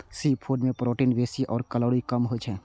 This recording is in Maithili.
सीफूड मे प्रोटीन बेसी आ कैलोरी कम होइ छै